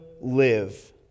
live